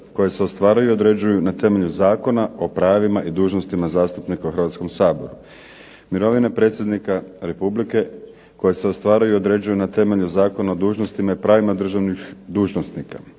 koje se ostvaruju i određuju na temelju Zakona o pravima i dužnostima zastupnika u Hrvatsko saboru. Mirovine predsjednika Republike koje se ostvaruju i određuju na temelju Zakona o dužnostima i pravima državnih dužnosnika.